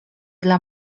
dla